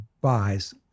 buys